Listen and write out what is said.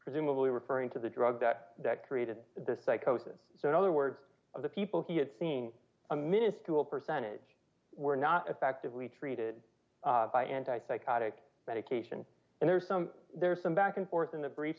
presumably referring to the drug that created this psychosis so in other words of the people he had seen a minuscule percentage were not effectively treated by anti psychotic medication and there's some there's some back and forth in the brief